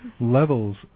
levels